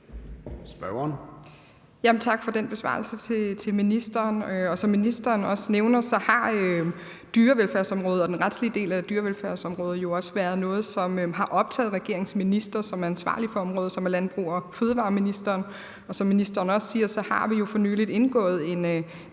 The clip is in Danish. for den besvarelse. Som ministeren også nævner, har dyrevelfærdsområdet og den retslige del af dyrevelfærdsområdet jo også været noget, som har optaget regeringens minister, som er ansvarlig for området, nemlig ministeren for landbrug fødevarer og fiskeri. Og som ministeren også siger, har vi for nylig indgået en